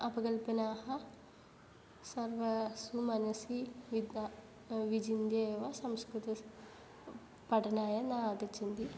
अपगल्पनाः सर्वासु मनसि विद्ना विचिन्त्य एव संस्कृतं पठनाय न आगच्छन्ति